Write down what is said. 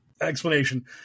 explanation